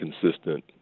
consistent